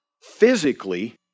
physically